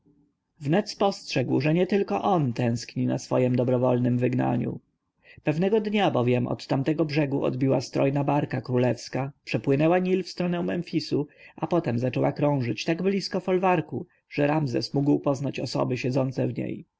wnet spostrzegł że nietylko on tęskni na swojem dobrowolnem wygnaniu pewnego dnia bowiem od tamtego brzegu odbiła strojna barka królewska przepłynęła nil w stronę memfisu a potem zaczęła krążyć tak blisko folwarku że ramzes mógł poznać osoby siedzące w niej